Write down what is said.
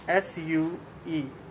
SUE